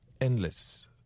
endless